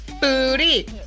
Booty